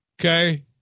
Okay